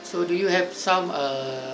so do you have some uh